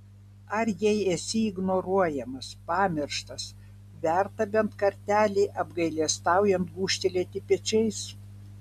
ar jei esi ignoruojamas pamirštas verta bent kartelį apgailestaujant gūžtelėti pečiais